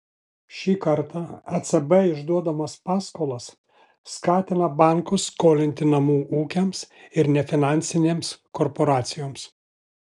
šį kartą ecb išduodamas paskolas skatina bankus skolinti namų ūkiams ir nefinansinėms korporacijoms